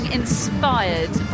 inspired